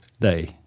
day